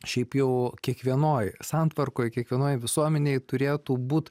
šiaip jau kiekvienoj santvarkoj kiekvienoj visuomenėj turėtų būt